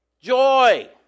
Joy